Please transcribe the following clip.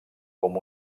com